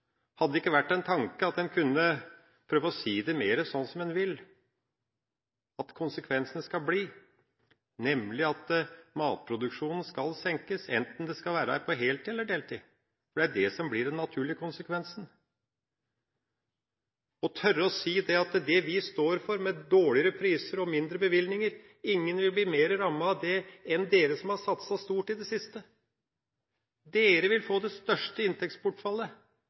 Hadde det ikke vært en tanke å prøve å si mer det en vil, nemlig at konsekvensen skal bli at matproduksjonen skal senkes enten det skal være på heltid eller deltid – for det er det som blir den naturlige konsekvensen – og tørre å si at ingen vil bli mer rammet av det de står for, dårligere priser og mindre bevilgninger, enn de som har satset stort i det siste? De vil få det største inntektsbortfallet,